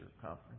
conference